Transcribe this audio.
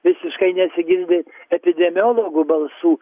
visiškai nesigirdi epidemiologų balsų